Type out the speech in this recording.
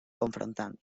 confrontant